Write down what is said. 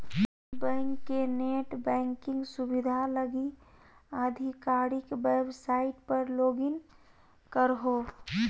Indian bank के net banking सुविधा लगी आधिकारिक वेबसाइट पर लॉगिन करहो